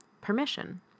permission